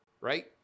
right